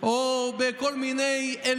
"ויצעקו בני ישראל אל